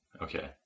okay